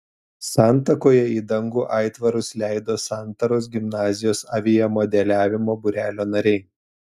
santakoje į dangų aitvarus leido santaros gimnazijos aviamodeliavimo būrelio nariai